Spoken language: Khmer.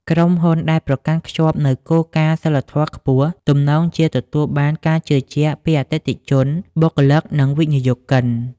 ក្រុមហ៊ុនដែលប្រកាន់ខ្ជាប់នូវគោលការណ៍សីលធម៌ខ្ពស់ ទំនងជាទទួលបានការជឿទុកចិត្តពីអតិថិជន បុគ្គលិក និងវិនិយោគិន។